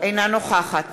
אינה נוכחת